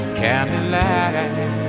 candlelight